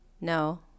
No